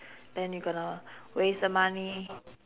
then you gonna waste the money